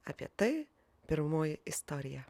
apie tai pirmoji istorija